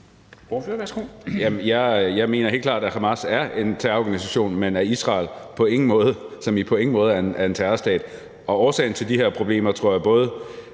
Jeg mener helt klart, at Hamas er en terrororganisation, men at Israel på ingen måde – som i på ingen måde – er en terrorstat. Årsagen til de her problemer tror jeg både